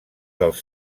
dels